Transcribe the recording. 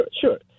sure